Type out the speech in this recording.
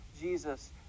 jesus